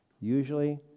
usually